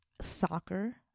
Soccer